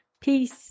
Peace